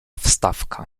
wstawka